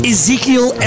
Ezekiel